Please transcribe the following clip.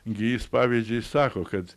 gi jis pavyzdžiui sako kad